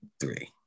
three